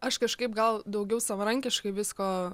aš kažkaip gal daugiau savarankiškai visko